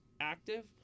active